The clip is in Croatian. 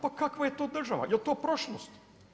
Pa kakva je to država, jel to prošlost?